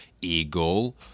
eagle